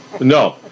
No